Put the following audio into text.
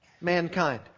mankind